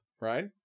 right